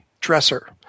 dresser